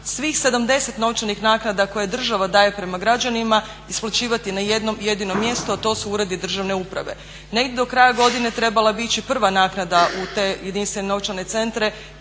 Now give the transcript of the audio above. svih 70 novčanih naknada koje država daje prema građanima isplaćivati na jednom jedinom mjestu a to su uredi državne uprave. Negdje do kraja godine trebala bi ići prva naknada u te jedinstvene novčane centre,